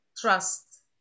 Trust